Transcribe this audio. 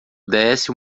desce